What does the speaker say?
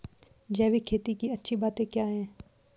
जैविक खेती की अच्छी बातें क्या हैं?